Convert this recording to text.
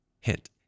Hint